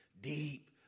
deep